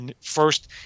first